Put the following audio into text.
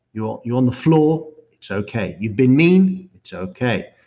you're you're on the floor, it's okay. you've been mean, it's okay.